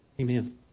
Amen